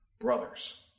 brothers